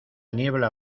niebla